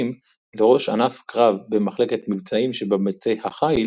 לראש ענף קרב במחלקת מבצעים שבמטה החיל,